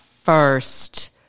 first